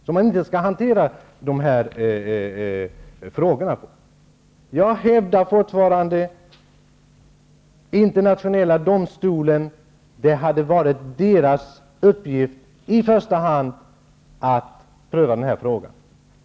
Jag hävdar fortfarande att det i första hand hade varit internationella domstolens uppgift att pröva den här frågan.